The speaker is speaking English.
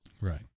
Right